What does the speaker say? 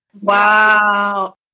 Wow